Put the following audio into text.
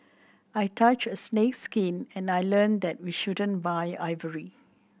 I touched a snake's skin and I learned that we shouldn't buy ivory